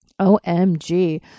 OMG